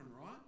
right